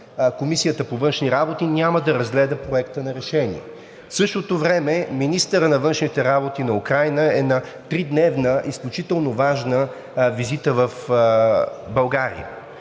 Комисията по външна политика няма да разгледа Проекта на решение. В същото време министърът на външните работи на Украйна е на тридневна изключително важна визита в България.